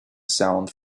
sound